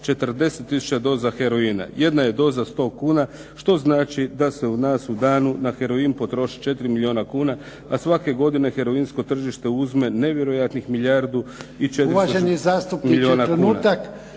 tisuća doza heroina. Jedna je doza 100 kuna, što znači da se u nas u danu na heroin potroši 4 milijuna kuna, a svake godine heroinsko tržište uzme nevjerojatnih milijardu i 400 milijuna kuna.